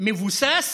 מבוסס